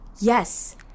Yes